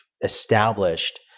established